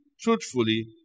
truthfully